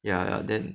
ya ya then